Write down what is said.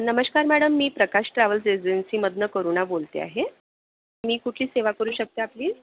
नमस्रका madam मी Prakash travels एजन्सीमधनं करुणा बोलते आहे मी कुठली सेवा करू शकते आपली